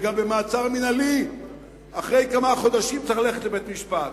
וגם במעצר מינהלי אחרי כמה חודשים צריך ללכת לבית-משפט.